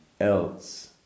else